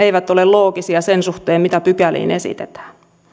eivät ole loogisia sen suhteen mitä pykäliin esitetään